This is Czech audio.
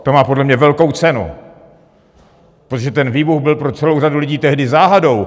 To má podle mě velkou cenu, protože ten výbuch byl pro celou řadu lidí tehdy záhadou.